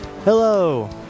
Hello